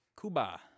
Cuba